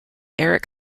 eric